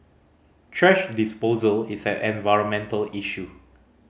thrash disposal is an environmental issue